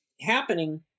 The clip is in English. happening